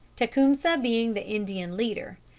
tecumseh being the indian leader,